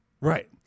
Right